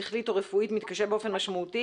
שכלית או רפואית מתקשה באופן משמעותי